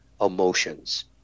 emotions